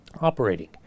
operating